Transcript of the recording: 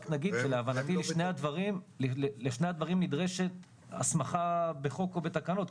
רק נגיד שלהבנתי לשני הדברים נדרשת הסמכה בחוק או בתקנות,